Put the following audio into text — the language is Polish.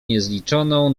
niezliczoną